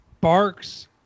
Barks